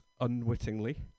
unwittingly